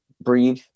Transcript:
breathe